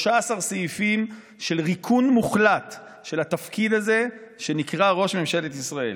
13 סעיפים של ריקון מוחלט של התפקיד הזה שנקרא ראש ממשלת ישראל,